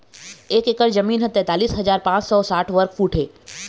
एक एकर जमीन ह तैंतालिस हजार पांच सौ साठ वर्ग फुट हे